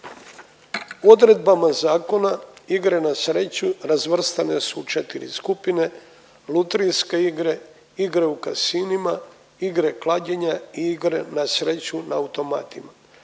Odredbama zakona igre na sreću razvrstane su u četiri skupine lutrijske igre, igre u kasinima, igre klađenja i igre na sreću na automatima.